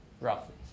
Roughly